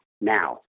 now